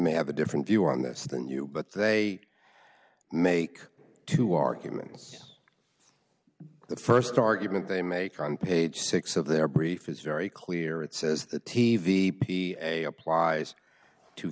may have a different view on this than you but they make two arguments the st argument they make on page six of their brief is very clear it says the t v be a applies to